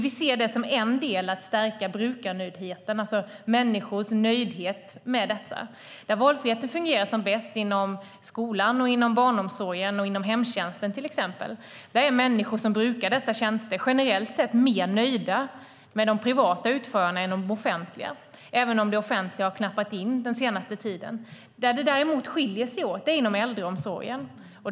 Vi ser det som en del i att stärka brukarnöjdheten, det vill säga människors nöjdhet med detta. Där valfriheten fungerar som bäst, till exempel inom skolan, barnomsorgen och hemtjänsten, är människor som brukar dessa tjänster generellt sett mer nöjda med de privata utförarna än med de offentliga, även om det offentliga har knappat in den senaste tiden. Däremot skiljer det sig åt inom äldreomsorgen.